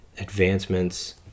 advancements